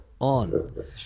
on